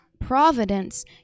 providence